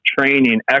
training